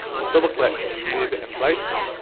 just double click and move it in place.